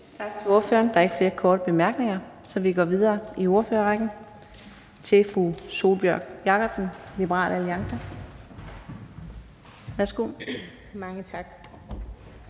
Tak til ordføreren. Der er ikke flere korte bemærkninger, så vi går videre i ordførerrækken til fru Sólbjørg Jakobsen, Liberal Alliance. Værsgo. Kl.